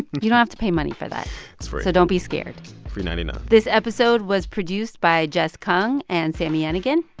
you don't have to pay money for that it's free so don't be scared free-ninety-nine this episode was produced by jess kung and sami yenigun.